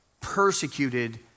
persecuted